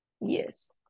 Yes